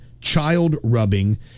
child-rubbing